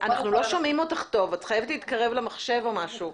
לא צריך לבקש מכל רשות בנפרד.